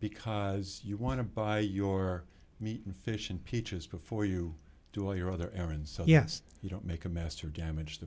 because you want to buy your meat and fish and peaches before you do all your other errands so yes you don't make a master damage t